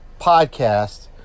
podcast